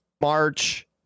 March